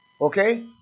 Okay